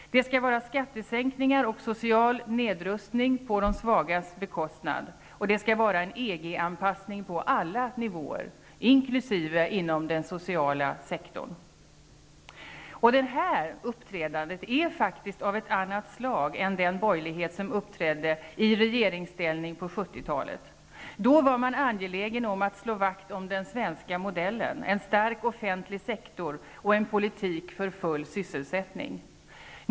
Det skall vara skattesänkningar och social nedrustning på de svagas bekostnad. Det skall vara en EG anpassning på alla nivåer, även inom den offentliga sektorn. Detta uppträdande är faktiskt av ett annat slag än vad den borgerlighet uppvisade som trädde i regeringsställning på 1970-talet. Då var man angelägen om att slå vakt om den svenska modellen: en stark offentlig sektor och en politik för full sysselsättning.